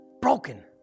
Broken